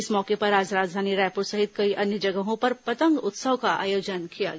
इस मौके पर आज राजधानी रायपुर सहित कई अन्य जगहों पर पतंग उत्सव का आयोजन किया गया